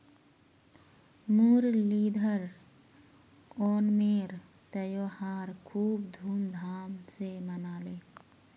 मुरलीधर ओणमेर त्योहार खूब धूमधाम स मनाले